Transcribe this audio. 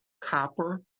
copper